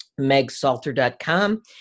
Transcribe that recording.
MegSalter.com